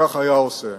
כך היה עושה.